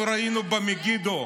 מה אנחנו ראינו במגידו?